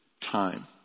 time